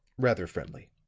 rather friendly.